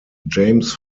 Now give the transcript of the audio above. james